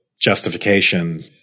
justification